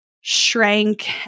shrank